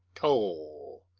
toll!